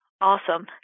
Awesome